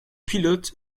pilote